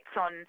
on